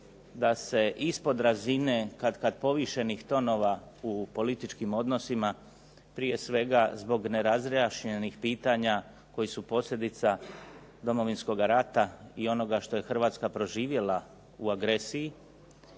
da se ispod razine katkada povišenih tonova u političkim odnosima prije svega zbog nerazjašnjenih pitanja koji su posljedica Domovinskoga rata i onoga što je Hrvatska doživjela u agresiji,